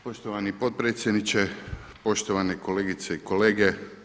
Poštovani potpredsjedniče, poštovane kolegice i kolege.